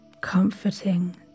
Comforting